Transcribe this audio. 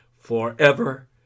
forever